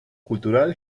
cultural